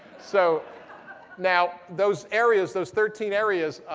so now those areas, those thirteen areas,